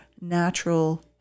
natural